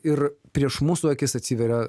ir prieš mūsų akis atsiveria